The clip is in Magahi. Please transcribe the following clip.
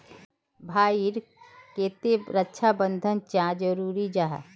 भाई ईर केते रक्षा प्रबंधन चाँ जरूरी जाहा?